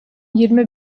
yirmi